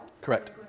Correct